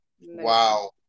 Wow